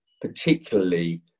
particularly